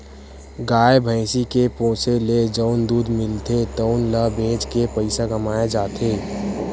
गाय, भइसी के पोसे ले जउन दूद मिलथे तउन ल बेच के पइसा कमाए जाथे